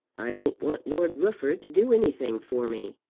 i don't want lord rufford to do anything for me.